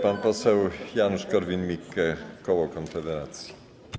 Pan poseł Janusz Korwin-Mikke, koło Konfederacji.